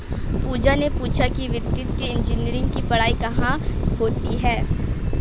पूजा ने पूछा कि वित्तीय इंजीनियरिंग की पढ़ाई कहाँ होती है?